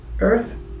Earth